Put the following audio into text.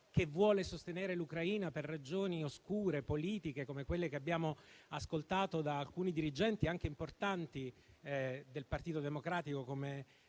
e vuole sostenere l'Ucraina per oscure ragioni politiche, come quelle che abbiamo ascoltato da alcuni dirigenti, anche importanti, del Partito Democratico, come